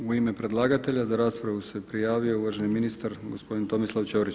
U ime predlagatelja za raspravu se prijavio uvaženi ministar gospodin Tomislav Ćorić.